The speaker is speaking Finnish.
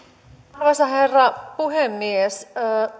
arvoisa herra puhemies